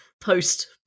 post